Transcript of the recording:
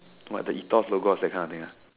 like the ethos logo of that kind of thing